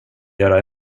göra